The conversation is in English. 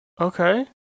Okay